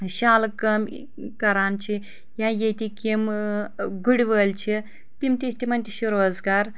شالہٕ کٲم کران چھِ یا ییٚتِکۍ یِم گُرۍ وٲلۍ چھِ تِم تہِ تمن تہِ چھُ روزگار